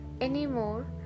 Anymore